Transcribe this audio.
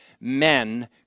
men